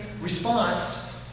response